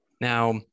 now